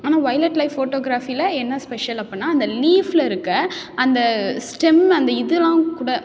ஆனால் violet life ஃபோட்டோகிராஃபியில் என்ன ஸ்பெஷல் அப்புடின்னா அந்த லீஃபில் இருக்கற அந்த ஸ்டெம்மை அந்த இதலாம் கூட